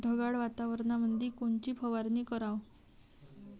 ढगाळ वातावरणामंदी कोनची फवारनी कराव?